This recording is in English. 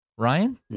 Ryan